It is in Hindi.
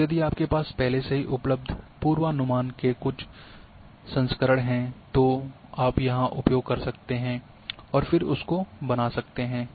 और यदि आपके पास पहले से उपलब्ध पूर्वानुमान के कुछ संस्करण हैं तो आप यहां उपयोग कर सकते हैं और फिर उसको बना सकते हैं